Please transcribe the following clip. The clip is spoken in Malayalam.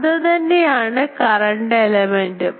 അതുതന്നെയാണ് കറൻറ് എലമെൻറ് ഉം